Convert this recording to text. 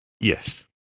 Yes